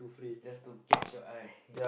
just to catch your eye